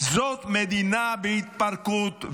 זאת מדינה בהתפרקות.